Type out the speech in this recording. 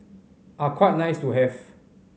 are quite nice to have